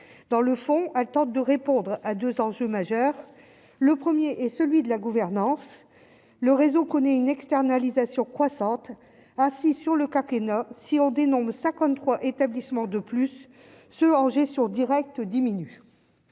dans le fond, elle tente de répondre à deux enjeux majeurs le 1er est celui de la gouvernance, le réseau connaît une externalisation croissante ainsi sur le quinquennat si on dénombre 53 établissements de plus se Angers sur Direct diminue